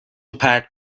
روپرت